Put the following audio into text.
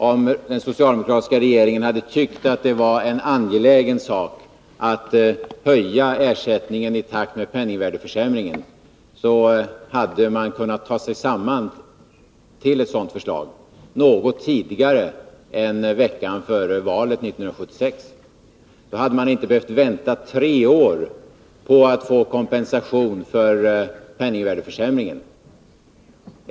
Om den socialdemokratiska regeringen hade tyckt att det var en angelägen sak att höja ersättningen i takt med penningvärdeförsämringen, hade den kunnat ta sig samman till ett sådant förslag något tidigare än veckan före valet 1976. Då hade man inte behövt vänta tre år på att få kompensation för penningvärdeförsämringen.